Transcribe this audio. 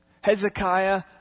Hezekiah